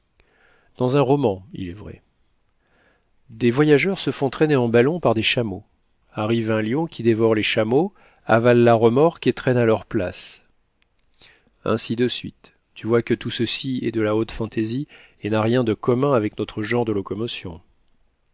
dans un roman il est vrai des voyageurs se font traîner en ballon par des chameaux arrive un lion qui dévore les chameaux avale la remorque et traîne à leur place ainsi de suite tu vois que tout ceci est de la haute fantaisie et n'a rien de commun avec notre genre de locomotion